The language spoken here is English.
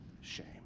shame